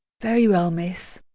very well, miss.